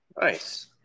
Nice